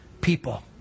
people